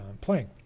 playing